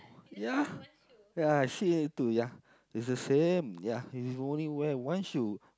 ya ya actually two ya it's the same ya he's only wearing one shoe